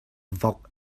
vok